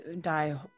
die